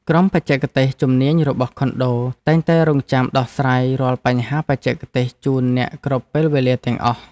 ក្រុមបច្ចេកទេសជំនាញរបស់ខុនដូតែងតែរង់ចាំដោះស្រាយរាល់បញ្ហាបច្ចេកទេសជូនអ្នកគ្រប់ពេលវេលាទាំងអស់។